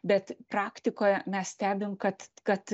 bet praktikoje mes stebim kad kad